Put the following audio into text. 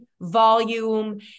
volume